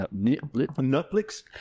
Netflix